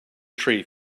tree